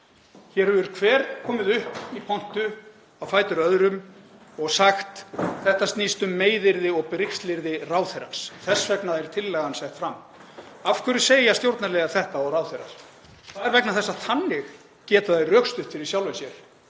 Hér hefur hver komið upp í pontu á fætur öðrum og sagt: Þetta snýst um meiðyrði og brigslyrði ráðherrans. Þess vegna er tillagan sett fram. Af hverju segja stjórnarliðar þetta og ráðherrar? Það er vegna þess að þannig geta þeir rökstutt fyrir sjálfum sér